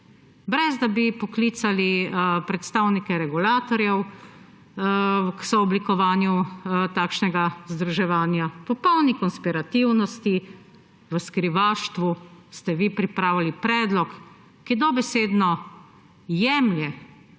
brez da bi poklicali predstavnike regulatorjev k sooblikovanju takšnega združevanja, v popolni konspirativnosti, v skrivaštvu ste vi pripravili predlog, ki dobesedno jemlje